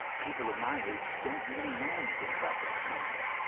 people of my age don't really know anything about those times.